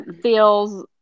feels